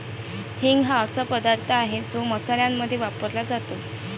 हिंग हा असा पदार्थ आहे जो मसाल्यांमध्ये वापरला जातो